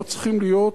לא צריכים להיות,